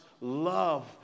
love